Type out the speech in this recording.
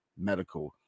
Medical